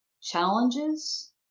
challenges